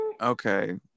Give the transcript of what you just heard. Okay